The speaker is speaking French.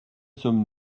sommes